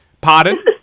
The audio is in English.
Pardon